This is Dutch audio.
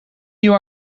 nieuw